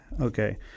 Okay